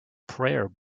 prayer